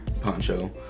Poncho